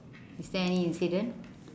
is there any incident